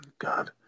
God